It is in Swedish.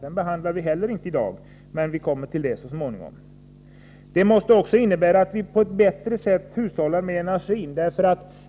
Inte heller den frågan behandlas i dag, men vi kommer till den så småningom. Vi måste också på ett bättre sätt hushålla med energin.